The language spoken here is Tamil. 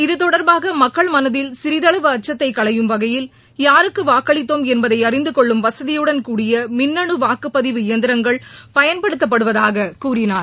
இது தொடர்பாக மக்கள் மனதில் சிறிதளவு அச்சத்தை களையும் வகையில் யாருக்கு வாக்களித்தோம் என்பதை அறிந்து கொள்ளும் வசதியுடன் கூடிய மின்னனு வாக்குப்பதிவு இயந்திரங்கள் பயன்படுத்தப்படுவதாக கூறினார்